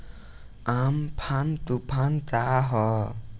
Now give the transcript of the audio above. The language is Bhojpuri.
अमफान तुफान का ह?